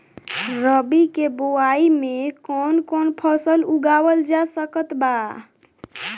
रबी के बोआई मे कौन कौन फसल उगावल जा सकत बा?